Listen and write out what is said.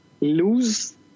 lose